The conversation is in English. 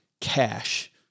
cash